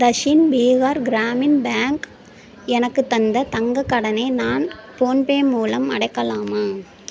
Dakshin Bihar Gramin bank எனக்கு தந்த தங்கக்கடனை நான் போன்பே மூலம் அடைக்கலாமா